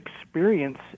experience